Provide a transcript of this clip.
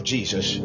Jesus